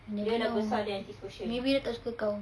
you never know maybe dia tak suka kau